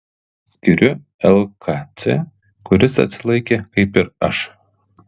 skiriu lkc kuris atsilaikė kaip ir aš